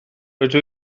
rydw